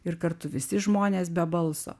ir kartu visi žmonės be balso